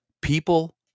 people